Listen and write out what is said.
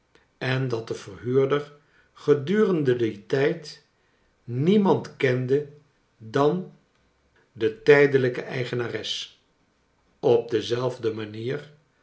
en dat de verhuurder gedurende dien tijd niemand kende dan de tijdelijke eigenares op dezelfde manier